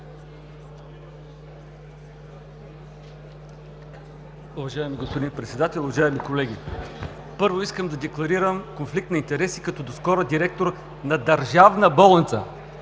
Уважаеми господин Председател, уважаеми колеги! Първо, искам да декларирам конфликт на интереси, като доскоро директорът на държавна болница…